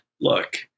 look